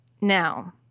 Now